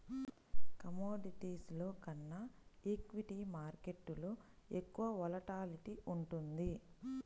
కమోడిటీస్లో కన్నా ఈక్విటీ మార్కెట్టులో ఎక్కువ వోలటాలిటీ ఉంటుంది